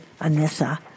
Anissa